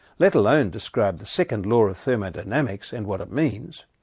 let alone describe the second law of thermodynamics and what it means.